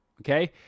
Okay